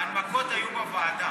ההנמקות היו בוועדה.